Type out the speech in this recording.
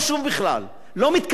לא מתקבל על הדעת בכלל.